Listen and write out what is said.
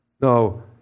No